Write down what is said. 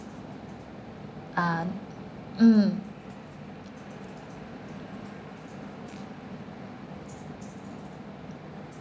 uh mm